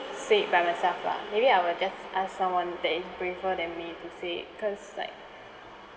say it by myself lah maybe I will just ask someone that is braver than me to say cause like